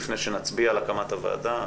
לפני שנצביע על הקמת הוועדה,